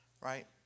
Right